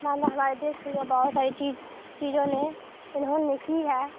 مان لیں ہمارے دیس کے لیے بہت ساری چیز چیزوں نے انہوں نے کی ہے